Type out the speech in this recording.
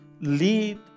lead